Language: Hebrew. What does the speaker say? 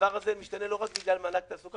והדבר הזה משתנה לא רק בגלל מענק התעסוקה.